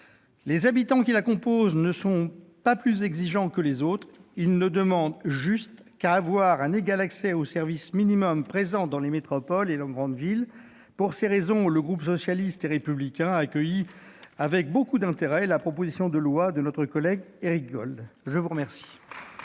Les habitants qui la composent ne sont pas plus exigeants que les autres. Ils ne demandent qu'à avoir un égal accès aux services minimums présents dans les métropoles et les grandes villes ! Pour ces raisons, le groupe socialiste et républicain a accueilli avec beaucoup d'intérêt la proposition de loi de notre collègue Éric Gold. La parole